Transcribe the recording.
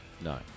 No